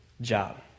job